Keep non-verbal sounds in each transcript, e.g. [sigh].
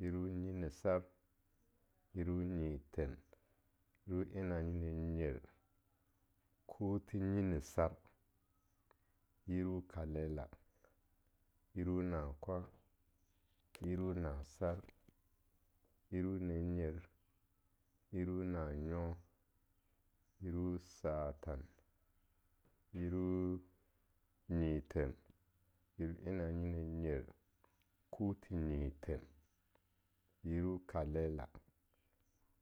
Yiru nyisar, yiru nyithen, yiru en nanyo-nanyer, kuthi nyisar, yiru kalela, yiru nankwan, yiru nasar yiru nannyer, yiru nanyo, yiru satan, yiru nyithen, yiru en nanyo-nanye kuthi nyithen, yiru kalela,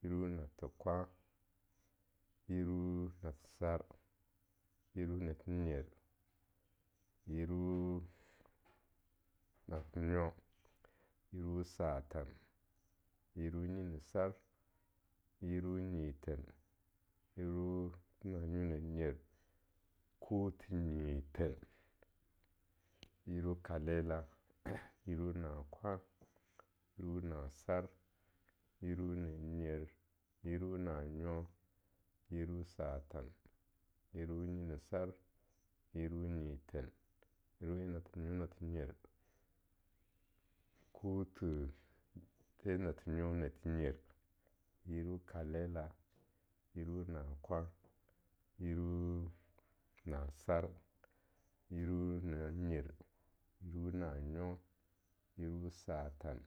yiru nathe kwan, yiru nathesar, yiru nathenyer, yiru nathenyo, [noise] yiru satan, yiru nyimsar, yiru nyithen, yiru en nanyo-nannyer kuthi nyithen, yiru kalela, [noise] yiru nakwan, yiru nasar, yiru nannyer, yiru nanyo, yiru satan, yiru nyinisar, yiru nyithen, yiru nathe nyo-nathe nyer, kuthi the nathenyo-nathenyer, yiru kalela, yiru nakwan, yiru nasar, yiru nannyer, yiru nanyo, yiru satan.